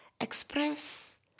express